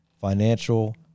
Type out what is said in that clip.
financial